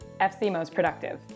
FCMostProductive